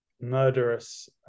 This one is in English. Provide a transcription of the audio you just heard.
murderous